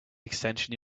extensions